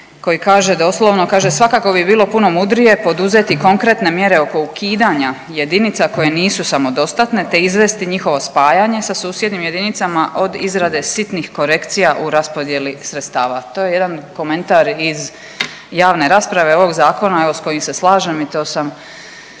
koji kaže doslovno kaže svakako bi bilo puno mudrije poduzeti konkretne mjere oko ukidanja jedinica koje nisu samodostatne, te izvesti njihovo spajanje sa susjednim jedinicama od izrade sitnih korekcija u raspodjelo sredstava. To je jedan komentar iz javne rasprave ovog zakona evo sa kojim se slažem i to smo